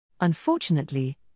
Unfortunately